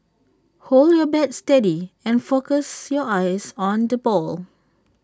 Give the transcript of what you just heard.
hold your bat steady and focus your eyes on the ball